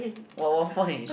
what one point